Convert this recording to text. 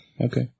Okay